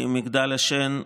מגדל השן.